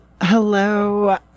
hello